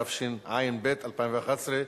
התשע"ב-2011,